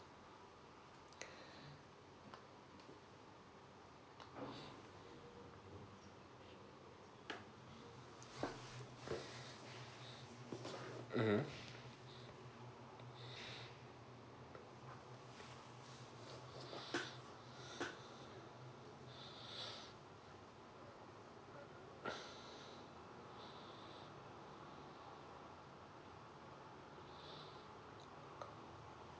mmhmm